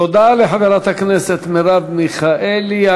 תודה לחברת הכנסת מרב מיכאלי.